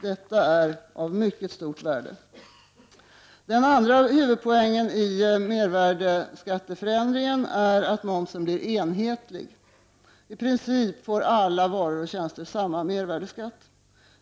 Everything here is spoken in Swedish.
Detta är av mycket stort värde. Den andra huvudpoängen i momsförändringen är att momsen blir enhetlig. I princip får alla varor och tjänster samma mervärdeskatt.